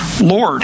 Lord